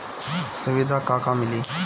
सुविधा का का मिली?